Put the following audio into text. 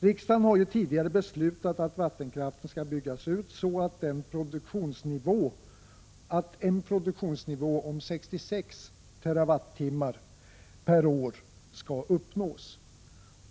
Riksdagen har ju tidigare beslutat att vattenkraften skall byggas ut så att en produktionsnivå om 66 terawattimmar per år skall uppnås.